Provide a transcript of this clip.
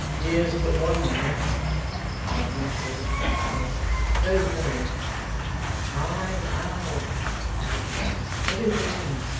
is but one man cried hugh to those who kept the door let him come in ay, ay muttered the others. let him come in.